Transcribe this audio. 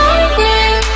Lightning